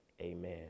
Amen